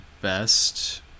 best